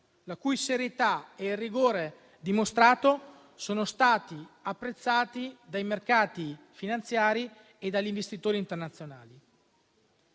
la cui serietà e il rigore dimostrati sono stati apprezzati dai mercati finanziari e dagli investitori internazionali.